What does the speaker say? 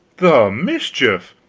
the mischief!